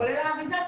כולל האריזה,